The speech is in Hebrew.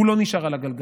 הוא לא נשאר על הגלגל.